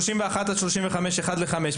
מגיל-31 חודשים עד גיל-35חודשים יחס של אחד לחמש,